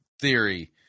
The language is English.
theory